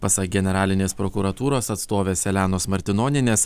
pasak generalinės prokuratūros atstovės elenos martinonienės